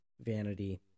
vanity